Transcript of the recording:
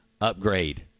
upgrade